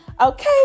okay